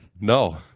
No